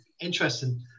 interesting